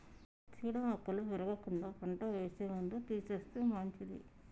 చీడ మొక్కలు పెరగకుండా పంట వేసే ముందు తీసేస్తే మంచిది